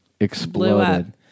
Exploded